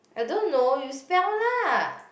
I don't know you spell lah